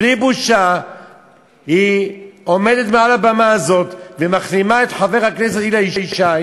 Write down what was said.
בלי בושה היא עומדת על הבמה הזאת ומכתימה את חבר הכנסת אלי ישי